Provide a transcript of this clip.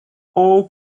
all